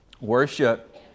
Worship